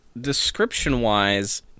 Description-wise